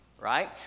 right